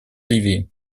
ливии